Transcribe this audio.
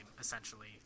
essentially